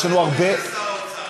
הללויה לשר האוצר.